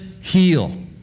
heal